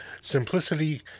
Simplicity